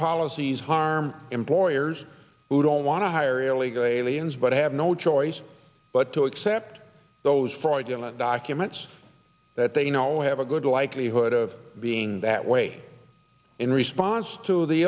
policies harm employers who don't want to hire illegal aliens but have no choice but to accept those fraudulent documents that they know have a good likelihood of being that way in response to the